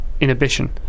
inhibition